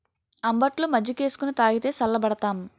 అంబట్లో మజ్జికేసుకొని తాగితే సల్లబడతాం